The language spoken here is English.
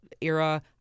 era